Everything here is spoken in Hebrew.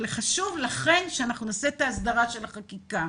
ולכן חשוב שנעשה את ההסדרה של החקיקה.